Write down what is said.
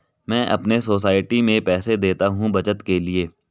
मैं अपने सोसाइटी में पैसे देता हूं बचत के लिए